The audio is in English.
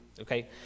Okay